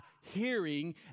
hearing